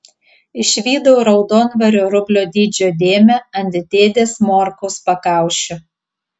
išvydau raudonvario rublio dydžio dėmę ant dėdės morkaus pakaušio